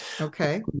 Okay